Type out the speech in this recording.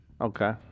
Okay